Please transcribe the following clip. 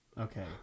Okay